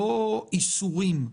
לא של איסורים,